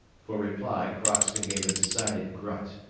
for reply, crockston gave a decided grunt,